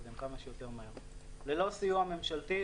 ללא סיוע ממשלתי,